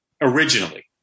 originally